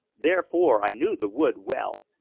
therefore i knew the wood well,